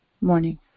morning